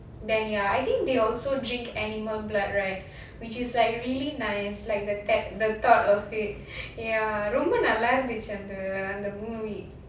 then ya I think they also drink animal blood right which is like really nice like the thought of it ya ரொம்ப நல்லா இருந்துச்சு அந்த மூவி:romba nalla irundhuchu andha movie